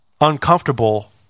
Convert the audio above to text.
Uncomfortable